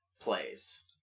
plays